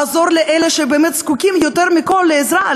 לעזור לאלה שבאמת זקוקים יותר מכול לעזרה,